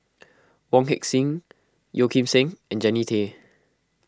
Wong Heck Sing Yeo Kim Seng and Jannie Tay